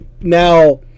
now